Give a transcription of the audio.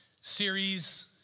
series